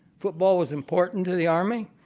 football was important to the army.